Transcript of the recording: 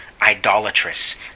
idolatrous